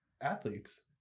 athletes